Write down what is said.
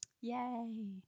Yay